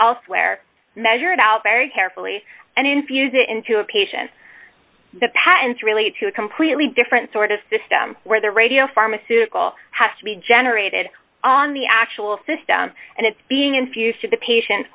elsewhere measure it out very carefully and infuse it into a patient the patents relate to a completely different sort of system where the radio pharmaceutical has to be generated on the actual system and it's being infused to the patient